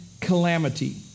calamity